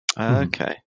Okay